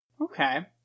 Okay